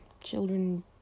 children